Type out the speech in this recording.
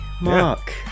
Mark